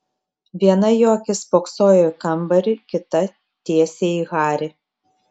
viena jo akis spoksojo į kambarį kita tiesiai į harį